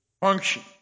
function